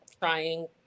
trying